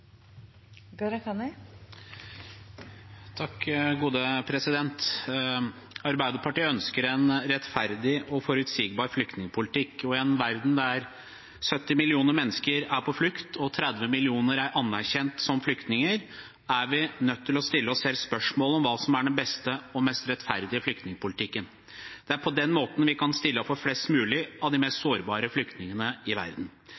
på flukt og 30 millioner er anerkjent som flyktninger, er vi nødt til å stille oss selv spørsmålet om hva som er den beste og mest rettferdige flyktningpolitikken. Det er på den måten vi kan stille opp for flest mulig av de mest sårbare flyktningene i